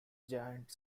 giant